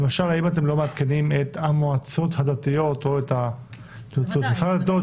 למשל האם אתם לא מעדכנים את המועצות הדתיות או את משרד הדתות